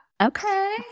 Okay